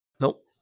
Nope